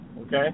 Okay